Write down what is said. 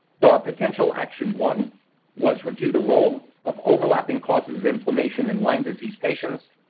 so, our potential action one was review the role of overlapping causes of inflammation in lyme disease patients,